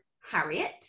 Harriet